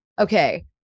Okay